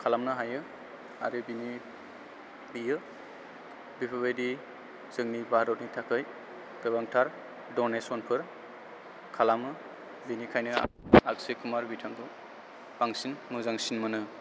खालामनो हायो आरो बिनि बियो बेफोरबायदि जोंनि भारतनि थाखै गोबांथार दनेसनफोर खालामो बिनिखायनो अक्षय कुमार बिथांखौ बांसिन मोजांसिन मोनो